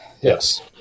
Yes